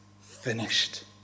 finished